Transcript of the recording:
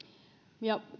ja